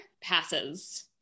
passes